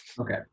okay